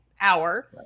hour